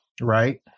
Right